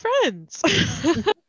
friends